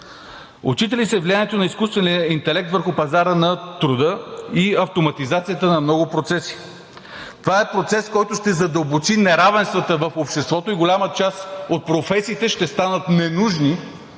Отчита ли се влиянието на изкуствения интелект върху пазара на труда и автоматизацията на много процеси? Това е процес, който ще задълбочи неравенствата в обществото и голяма част от професиите ще станат ненужни.